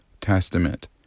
Testament